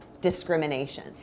discrimination